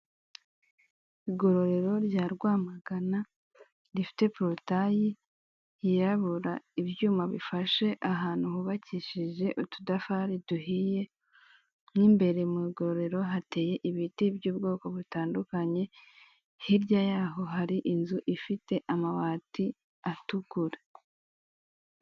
Igororero rya Rwamagana rifite porotaye yirabura, ibyuma bifashe ahantu hubakishije udutafari duhiye mo imbere mu igororero hateye ibiti by'ubwoko butandukanye, hirya yaho hari inzu ifite amabati atukura.